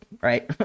right